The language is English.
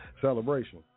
Celebration